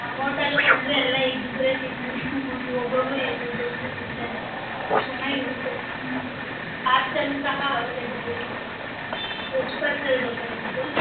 ನಮ್ಮ ಹೋಟಲ್ಲುಗೆ ಬಂದರೆ ಎಲ್ಲ ಇಬ್ಬಿಬ್ಬರೇ ತಿನ್ನೋದು ಒಂದು ಒಬ್ಬೊಬ್ಬರು ಎರಡೆರಡು ದೋಸೆ ತಿಂತಾರೆ ಅಷ್ಟು ಚೆನ್ನಾಗಿರುತ್ತೆ ಹ್ಞೂ ಪಾರ್ಸಲ್ಲು ಸಹ ಅವಲೇಬಲ್ ಇರುತ್ತೆ ಎಷ್ಟು ಪಾರ್ಸಲ್ ಬೇಕಾಗಿತ್ತು